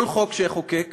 כל חוק שאחוקק